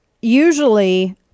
usually